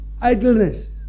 idleness